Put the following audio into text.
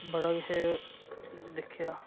बड़ा किश दिक्खेआ